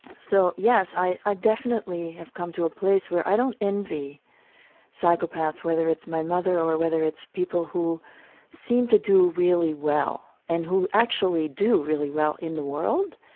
so yes, i i definitely have come to a place where i don't envy psychopaths, whether it's my mother, or whether it's people who seem to do really well and who actually do really well in world,